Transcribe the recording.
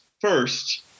first